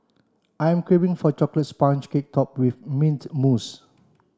I am craving for a chocolate sponge cake top with mint mousse